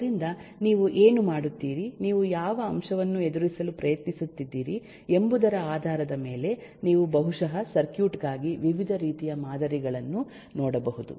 ಆದ್ದರಿಂದ ನೀವು ಏನು ಮಾಡುತ್ತೀರಿ ನೀವು ಯಾವ ಅಂಶವನ್ನು ಎದುರಿಸಲು ಪ್ರಯತ್ನಿಸುತ್ತಿದ್ದೀರಿ ಎಂಬುದರ ಆಧಾರದ ಮೇಲೆ ನೀವು ಬಹುಶಃ ಸರ್ಕ್ಯೂಟ್ ಗಾಗಿ ವಿವಿಧ ರೀತಿಯ ಮಾದರಿಗಳನ್ನು ನೋಡಬಹುದು